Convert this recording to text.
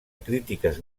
crítiques